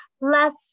less